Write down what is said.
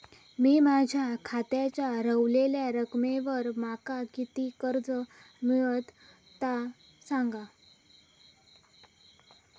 मी माझ्या खात्याच्या ऱ्हवलेल्या रकमेवर माका किती कर्ज मिळात ता सांगा?